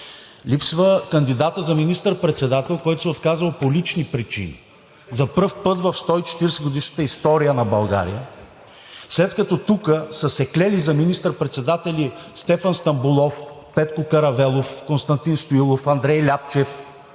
Липсва кандидатът за министър-председател, който се е отказал по лични причини! За пръв път в 140-годишната история на България, след като тук са се клели за министър-председатели Стефан Стамболов, Петко Каравелов, Константин Стоилов, Андрей Ляпчев